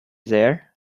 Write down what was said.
there